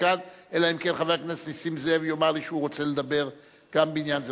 אלא אם כן חבר הכנסת נסים זאב יאמר לי שהוא רוצה לדבר גם בעניין זה.